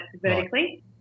vertically